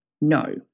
No